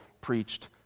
preached